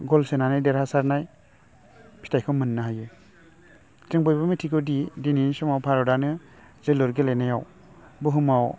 गल सोनानै देरहासारनाय फिथाइखौ मोन्नो हायो जों बयबो मिथिगौदि दिनैनि समाव भारतानो जोलुर गेलेनायाव बुहुमाव